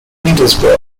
petersburg